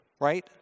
right